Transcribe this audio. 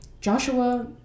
Joshua